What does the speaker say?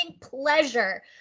pleasure